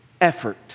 effort